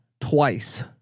twice